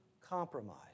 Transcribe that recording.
compromise